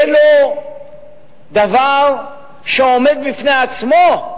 זה לא דבר שעומד בפני עצמו,